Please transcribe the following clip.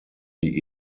die